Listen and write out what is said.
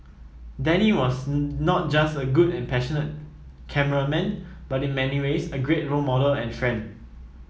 Danny was not just a good and passionate cameraman but in many ways a great role model and friend